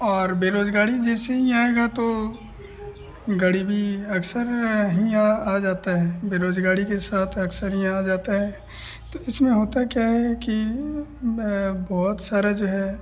और बेरोज़गारी जैसे ही आएगी तो गरीबी अक्सर ही आ जाती है बेरोज़गारी के साथ अक्सर ही आ जाती है तो इसमें होता क्या है कि बहुत सारा जो है